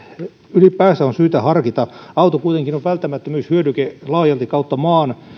ylipäänsä on syytä harkita auto kuitenkin on välttämättömyyshyödyke laajalti kautta maan